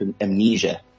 amnesia